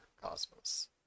Cosmos